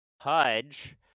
Hudge